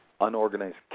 unorganized